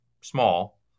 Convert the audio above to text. small